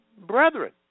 brethren